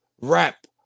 rap